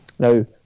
Now